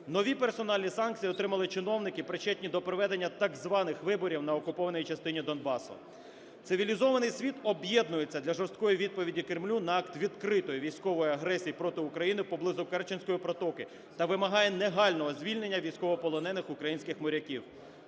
Нові персональні санкції отримали чиновники, причетні до проведення так званих виборів на окупованій частині Донбасу. Цивілізований світ об'єднується для жорсткої відповіді Кремлю на акт відкритої військової агресії проти України поблизу Керченської протоки та вимагає негайного звільнення військовополонених українських моряків.